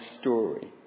story